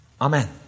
Amen